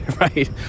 right